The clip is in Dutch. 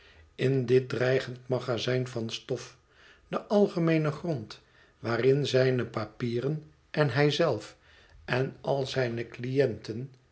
in dit dreigend magazijn van stof de algemeene grond waarin zijne papieren en hij zelf en al zijne cliënten